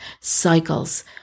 cycles